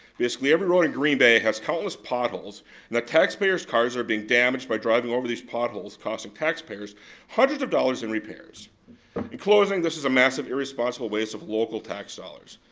basically every in green bay has countless potholes that taxpayers' cars are being damaged by driving over these potholes, costing taxpayers hundreds of dollars in repairs. in closing, this is a massive irresponsible waste of local tax dollars.